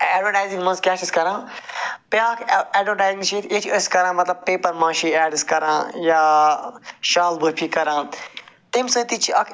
advertising منٛز کیٛاہ چھِ أسۍ کَران بیٛاکھ اٮ۪ڈوٹایزِنٛگ چھِ ییٚتہِ ییٚتہِ أسۍ کَران مطلب پیٚپر مٲشی اٮ۪ڈ یا شال بٲفی کَران امہِ سۭتۍ تہِ چھِ اکھ